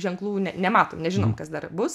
ženklų ne nematom nežinom kas dar bus